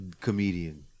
comedian